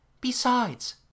Besides